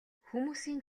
хүмүүсийн